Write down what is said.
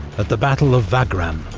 at the battle of wagram.